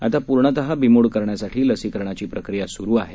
आतापूर्णतःबीमोडकरण्यासाठीलसीकरणाचीप्रक्रियासुरुआहे